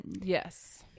Yes